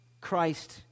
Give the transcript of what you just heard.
Christ